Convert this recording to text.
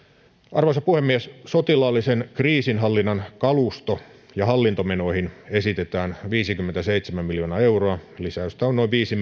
arvoisa puhemies sotilaallisen kriisinhallinnan kalusto ja hallintomenoihin esitetään viisikymmentäseitsemän miljoonaa euroa lisäystä on noin viisi